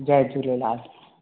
Jay Jhulelal